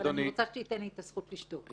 אבל אני רוצה שתיתן לי את הזכות לשתוק.